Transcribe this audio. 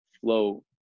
flow